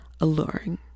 alluring